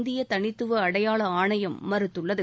இந்திய தனித்துவ அடையாள ஆணையம் மறுத்துள்ளது